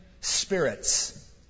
spirits